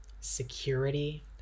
security